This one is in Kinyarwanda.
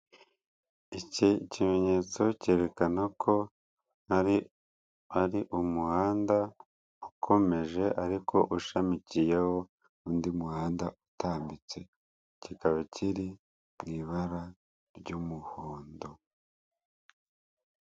Iki kimenyetso cyerekana ko hari umuhanda ukomeje ariko ushamikiyeho undi muhanda utambitse kikaba kiri mu ibara ry'umuhondo.